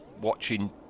watching